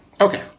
Okay